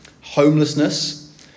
homelessness